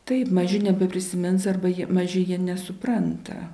taip maži nebeprisimins arba jie mažieji nesupranta